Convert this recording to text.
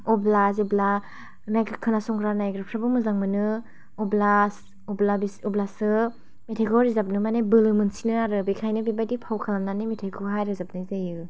अब्ला जेब्ला मेथाइ खोनासंग्रा नायग्राफ्राबो मोजां मोनो अब्ला अब्ला बि अब्लासो मेथाइखौ रोजाबनो माने बोलो मोनसिनो आरो बेखायनो बे बाइदि फाव खालामनानै मेथाइखौहाय रोजाबनाय जायो